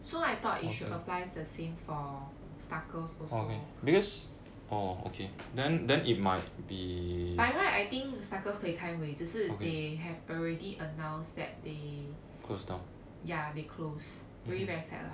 so I thought it should applies the same for starker also by right I think starker 可以开回只是 they have already announced that they ya they close really very sad lah